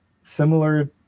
similar